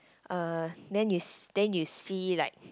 uh then you see then you see like